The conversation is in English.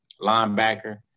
linebacker